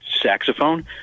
saxophone